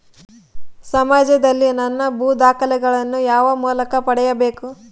ಸಮಾಜದಲ್ಲಿ ನನ್ನ ಭೂ ದಾಖಲೆಗಳನ್ನು ಯಾವ ಮೂಲಕ ಪಡೆಯಬೇಕು?